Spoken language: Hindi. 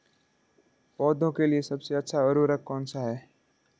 पौधों के लिए सबसे अच्छा उर्वरक कौनसा हैं?